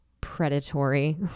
predatory